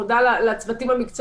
וכן: "טיוטת צו הכשרות משפטיות